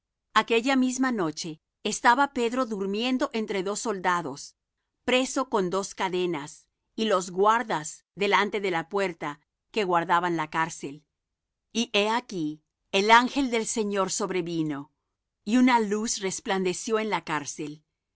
aquella misma noche estaba pedro durmiendo entre dos soldados preso con dos cadenas y los guardas delante de la puerta que guardaban la cárcel y he aquí el ángel del señor sobrevino y una luz resplandeció en la cárcel